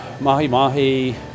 mahi-mahi